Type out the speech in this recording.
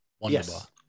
Yes